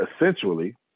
essentially